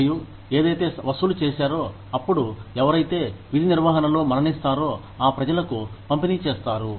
మరియు ఏదైతే వసూలు చేశారో అప్పుడు ఎవరైతే విధి నిర్వహణలో మరణిస్తారో ఆ ప్రజలకు పంపిణీ చేస్తారు